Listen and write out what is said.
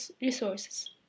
resources